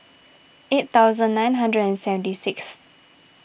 eight thousand nine hundred and seventy sixth